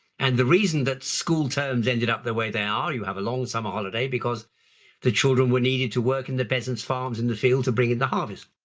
and the reason that school terms ended up the way they are, you have a long summer holiday because the children were needed to work in the peasants farms, in the field, to bring in the harvest.